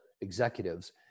executives